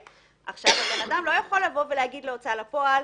האדם לא יכול להגיד להוצאה לפועל: